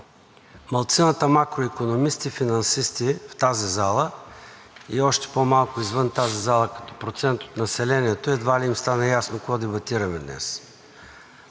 малцината макроикономисти, финансисти в тази зала и още по малко извън тази зала, като процент от населението, едва ли им стана ясно какво дебатираме днес?!